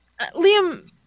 Liam